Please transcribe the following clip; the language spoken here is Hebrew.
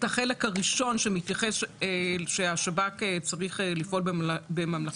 החלק הראשון שהשב"כ צריך לפעול בממלכתיות.